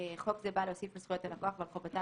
52.חוק זה בא להוסיף על זכויות הלקוח ועל חובותיו